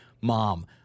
Mom